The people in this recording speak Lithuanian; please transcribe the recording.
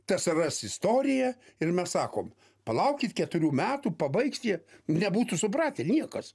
tsrs istorija ir mes sakom palaukit keturių metų pabaigs tie nebūtų supratę niekas